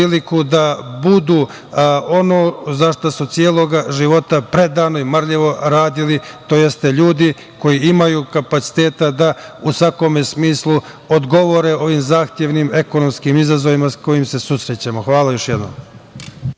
da budu ono zašta su celoga života predano i marljivo radili. To su ljudi koji imaju kapaciteta da u svakom smislu odgovore ovih zahtevnim ekonomskim izazovima sa kojima se susrećemo. Hvala.